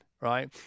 right